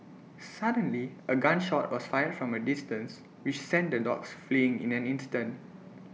suddenly A gun shot was fired from A distance which sent the dogs fleeing in an instant